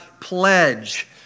pledge